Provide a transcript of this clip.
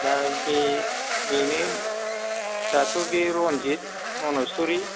दा बे बेनो दाथ' बे रनजित मन'शुरि